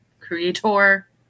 creator